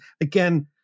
again